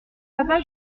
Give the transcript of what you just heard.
papa